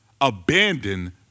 abandon